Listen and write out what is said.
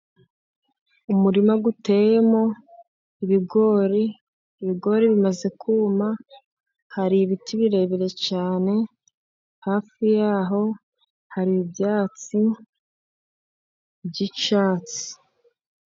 Umurima uteyemo ibigori, ibigori bimaze kuma, hari ibiti birebire cyane, hafi yaho hari ibyatsi by'icyatsi.